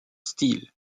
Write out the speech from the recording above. style